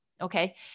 okay